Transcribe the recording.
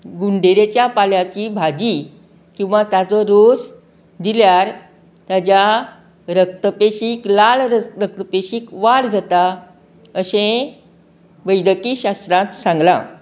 गुंडेरेच्या पाल्याची भाजी किंवा ताजो रोस दिल्यार ताज्या रक्त पशीक लाळ रक्त पेशीक वाड जाता अशें वैदकी शास्त्राक सांगला